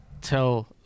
tell